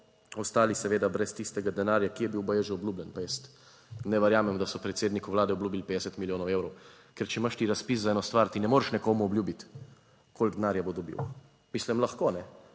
ostali seveda brez tistega denarja, ki je bil baje že obljubljen, pa jaz ne verjamem, da so predsedniku Vlade obljubili 50 milijonov evrov, ker če imaš ti razpis za eno stvar, ti ne moreš nekomu obljubiti, koliko denarja bo dobil. Mislim, lahko, ne,